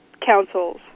councils